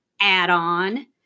add-on